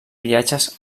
viatges